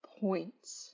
Points